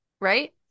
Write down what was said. right